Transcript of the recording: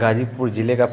गाज़ीपुर जिले का